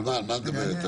על מה את מדברת?